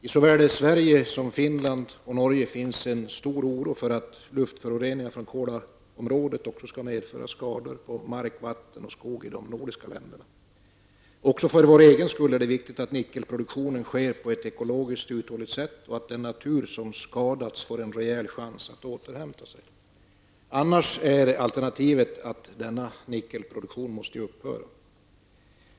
I såväl Sverige som Finland och Norge råder stor oro för att luftföroreningarna i Kolaområdet skall medföra skador på mark, vatten och skog även i de nordiska länderna. Också för vår egen skull är det viktigt att nickelproduktionen sker på ett ekologiskt uthålligt sätt och att den natur som skadas får en reeell chans att återhämta sig. Alternativet är att denna nickelproduktion måste upphöra.